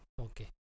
Okay